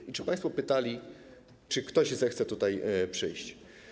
I czy państwo pytali, czy ktoś zechce tutaj przyjść?